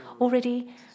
already